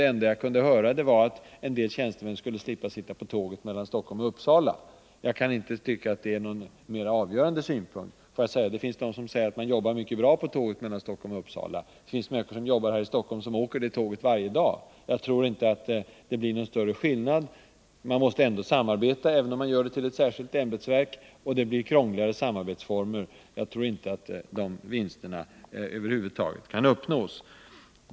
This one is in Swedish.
Det enda jag kunde höra var att en del tjänstemän skulle slippa att sitta på tåget mellan Stockholm och Uppsala. Jag kan inte tycka att det är någon mer avgörande synpunkt. Det finns de som säger att man jobbar mycket bra på tåget mellan Stockholm och Uppsala. Det finns människor som har sitt arbete här i Stockholm och åker med tåget varje dag. Jag tror inte att skillnaden blir så stor; man måste ändå samarbeta, även om man gör socialstyrelsens läkemedelsavdelning till ett särskilt ämbetsverk, och samarbetsformerna blir krångligare.